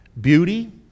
beauty